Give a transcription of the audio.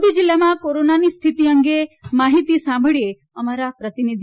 મોરબી જિલ્લામાં કોરોનાની સ્થિતિ અંગે માહીતી સાંભળીએ અમારા પ્રતિનિધિ